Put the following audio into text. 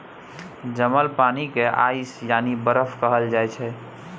जमल पानि केँ आइस यानी बरफ कहल जाइ छै